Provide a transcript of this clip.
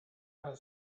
had